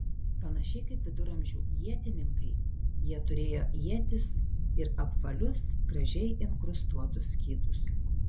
panašiai kaip viduramžių ietininkai jie turėjo ietis ir apvalius gražiai inkrustuotus skydus